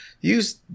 Use